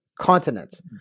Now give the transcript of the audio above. continents